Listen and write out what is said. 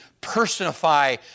personify